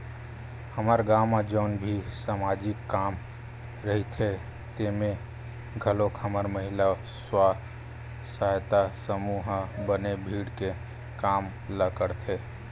हमर गाँव म जउन भी समाजिक काम रहिथे तेमे घलोक हमर महिला स्व सहायता समूह ह बने भीड़ के काम ल करथे